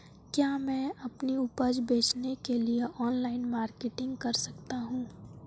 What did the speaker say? क्या मैं अपनी उपज बेचने के लिए ऑनलाइन मार्केटिंग कर सकता हूँ?